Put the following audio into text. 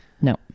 No